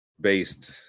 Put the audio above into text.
based